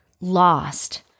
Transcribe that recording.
lost